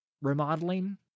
remodeling